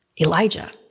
Elijah